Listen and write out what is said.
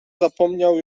zapomniał